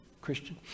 Christian